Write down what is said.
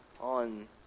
on